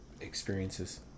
Experiences